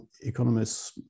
economists